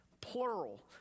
plural